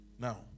Now